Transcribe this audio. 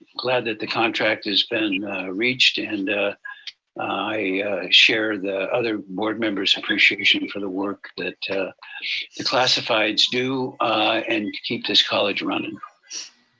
glad that the contract has been reached and i share the other board members appreciation for the work that the classifieds do and keep this college running.